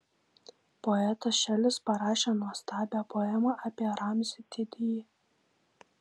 poetas šelis parašė nuostabią poemą apie ramzį didįjį